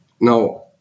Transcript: Now